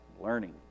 Learning